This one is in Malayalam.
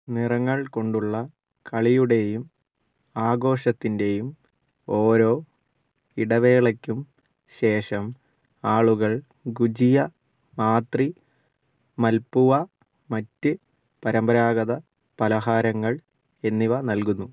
നിറങ്ങൾ കൊണ്ടുള്ള കളിയുടെയും ആഘോഷത്തിൻ്റെയും ഓരോ ഇടവേളക്കും ശേഷം ആളുകൾ ഗുജിയ മാത്രി മൽപുവ മറ്റ് പരമ്പരാഗത പലഹാരങ്ങൾ എന്നിവ നൽകുന്നു